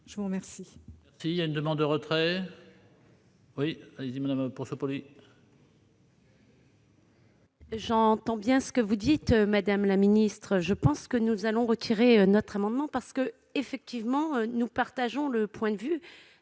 je vous remercie